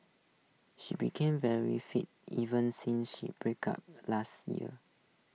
she became very fit even since she break up last year